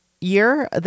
year